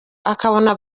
akabona